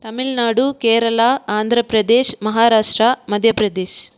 Tamil Nadu Kerala Andhra Pradesh Maharashtra Madhya Pradesh